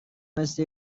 مثل